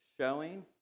showing